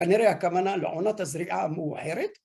כנראה הכוונה לעונת הזריעה המאוחרת